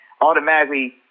automatically